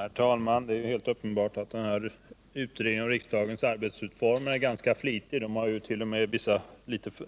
Herr talman! Det är helt uppenbart att utredningen om riksdagens arbetsformer är ganska flitig. Man har ju vissa